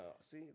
See